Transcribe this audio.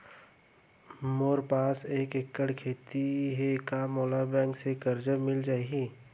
मोर पास एक एक्कड़ खेती हे का मोला बैंक ले करजा मिलिस जाही?